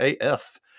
AF